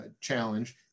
challenge